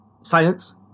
science